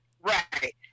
Right